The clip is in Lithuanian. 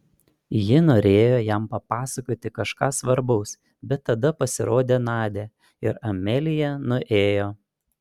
ji norėjo jam papasakoti kažką svarbaus bet tada pasirodė nadia ir amelija nuėjo